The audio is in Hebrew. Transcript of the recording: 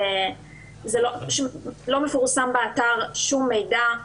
זה לא מפורסם באתר, אין שום מידע.